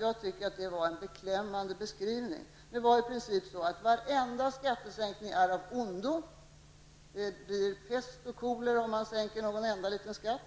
Jag tycker att det var en beklämmande beskrivning. Den gick i princip ut på att varenda skattesänkning är av ondo; det blir pest och kolera om man sänker någon enda liten skatt.